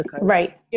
Right